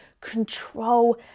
control